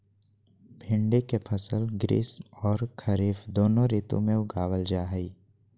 भिंडी के फसल ग्रीष्म आर खरीफ दोनों ऋतु में उगावल जा हई